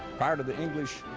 prior to the english,